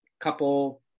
couple